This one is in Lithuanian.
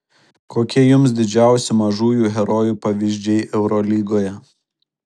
kokie jums didžiausi mažųjų herojų pavyzdžiai eurolygoje